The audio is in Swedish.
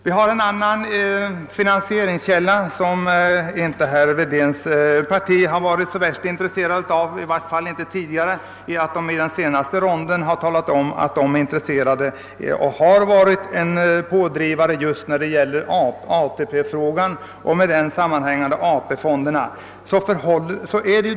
Vi har en annan finansieringskälla, som herr Wedéns parti tidigare inte intresserat sig så mycket för, ehuru man på senare tid har påstått sig vara pådrivare, nämligen AP-fonderna.